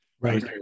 right